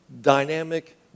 dynamic